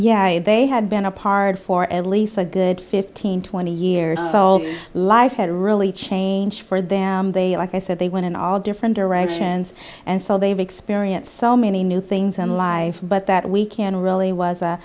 yeah they had been apart for at least a good fifteen twenty years so life had really change for them they like i said they went in all different directions and so they've experienced so many new things in life but that we can really was